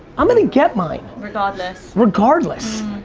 i'm gonna get mine. regardless. regardless.